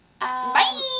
Bye